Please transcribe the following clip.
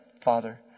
father